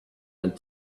and